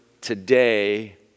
today